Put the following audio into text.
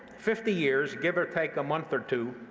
fifty years, give or take a month or two,